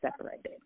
separated